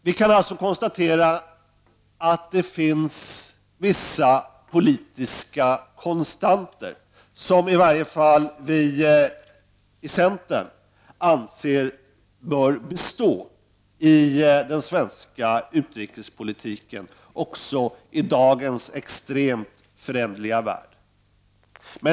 Vi kan alltså konstatera att det finns vissa politiska konstanter som i varje fall vi i centern anser bör bestå i den svenska utrikespolitiken också i dagens extremt föränderliga värld.